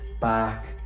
back